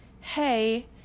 Hey